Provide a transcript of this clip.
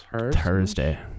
Thursday